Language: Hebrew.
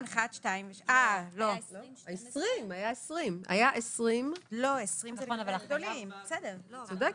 היה 20,000. היא צודקת.